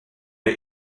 der